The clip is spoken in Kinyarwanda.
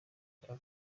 gaga